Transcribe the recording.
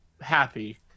happy